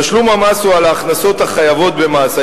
תשלום המס הוא על ההכנסות החייבות במס.